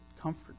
comfort